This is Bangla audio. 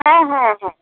হ্যাঁ হ্যাঁ হ্যাঁ